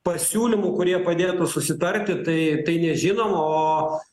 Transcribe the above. pasiūlymų kurie padėtų susitarti tai tai nežinom o